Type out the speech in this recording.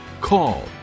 call